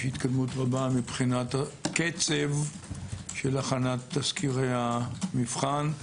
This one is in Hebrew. יש התקדמות רבה מבחינת הקצב של הכנת תסקירי המבחן.